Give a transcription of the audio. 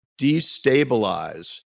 destabilize